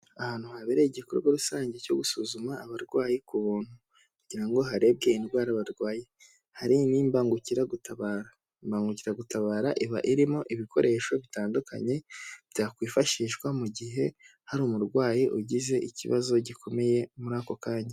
Ahantu habereye igikorwa rusange cyo gusuzuma abarwayi ku buntu, kugira ngo harebwe indwara barwaye, hari n'imbangukiragutabara, imbangukiragutabara iba irimo ibikoresho bitandukanye, byakwifashishwa mu gihe hari umurwayi ugize ikibazo gikomeye muri ako kanya.